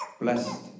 Blessed